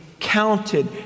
counted